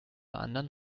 anderen